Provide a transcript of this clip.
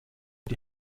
die